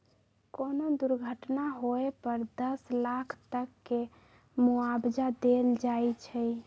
कोनो दुर्घटना होए पर दस लाख तक के मुआवजा देल जाई छई